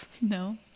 No